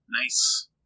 Nice